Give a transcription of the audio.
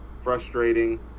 frustrating